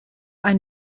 ein